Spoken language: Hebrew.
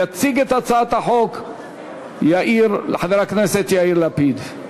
יציג את הצעת החוק חבר הכנסת יאיר לפיד.